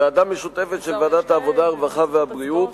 ועדת משותפת של ועדת העבודה, הרווחה והבריאות